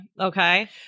Okay